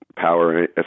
power